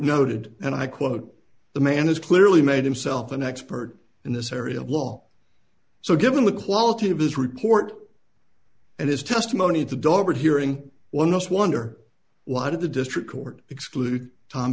noted and i quote the man has clearly made himself an expert in this area of law so given the quality of his report and his testimony the daughter hearing one must wonder why did the district court exclude tom